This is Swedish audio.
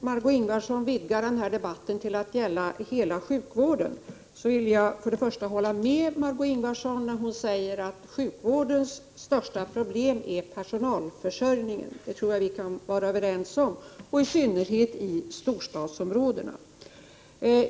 Herr talman! När Margö Invardsson nu utvidgar debatten till att gälla hela sjukvården vill jag till att börja med hålla med henne när hon säger att sjukvårdens största problem är personalförsörjningen. Det är vi överens om. Detta gäller i synnerhet i storstadsområdena.